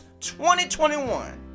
2021